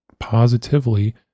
positively